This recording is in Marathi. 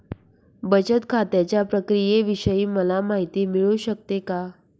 बचत खात्याच्या प्रक्रियेविषयी मला माहिती मिळू शकते का?